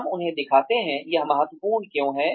हम उन्हें दिखाते हैं यह महत्वपूर्ण क्यों है